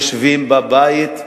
יושבים בבית,